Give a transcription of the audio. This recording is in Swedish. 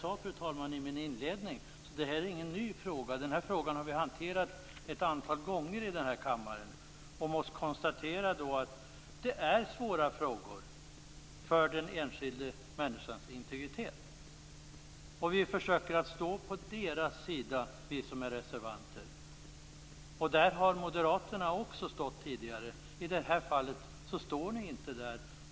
Som jag sade i min inledning är detta ingen ny fråga. Vi har hanterat den ett antal gånger i denna kammare. Detta är svåra frågor som berör den enskilda människans integritet. Vi reservanter försöker att stå på de enskilda människornas sida. Där stod också moderaterna tidigare, men i det här fallet gör ni inte det.